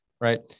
right